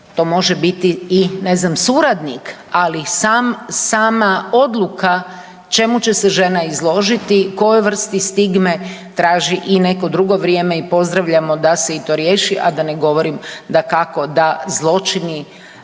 To može biti i ne znam, suradnik, ali sama odluka čemu će se žena izložiti, kojoj vrsti stigme, traži i neko drugo vrijeme i pozdravljamo da se i to riješi, a da ne govorim, dakako da zločini